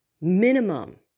minimum